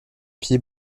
pied